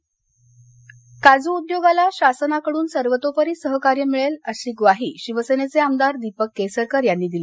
काज उद्योग सिंधदर्ग काजू उद्योगाला शासनाकडून सर्वतोपरी सहकार्य मिळेल अशी ग्वाही शिवसेनेचे आमदार दीपक केसरकर यांनी दिली